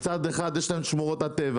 ומהצד שני הוא נמצא על גבול רשות שמורות הטבע.